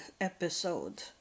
episode